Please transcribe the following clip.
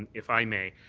and if i may,